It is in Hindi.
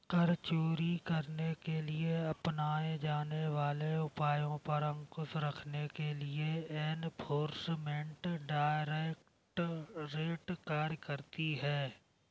कर चोरी करने के लिए अपनाए जाने वाले उपायों पर अंकुश रखने के लिए एनफोर्समेंट डायरेक्टरेट कार्य करती है